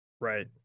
Right